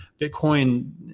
Bitcoin